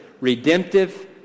redemptive